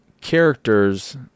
characters